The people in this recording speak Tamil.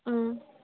ம்